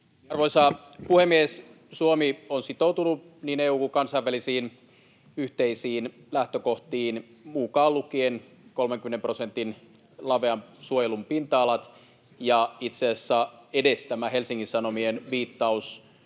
Arvoisa puhemies! Suomi on sitoutunut niin EU:n kuin kansainvälisiin yhteisiin lähtökohtiin mukaan lukien 30 prosentin lavean suojelun pinta-alat. Itse asiassa edes Helsingin Sanomien viittaus